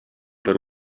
per